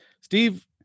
Steve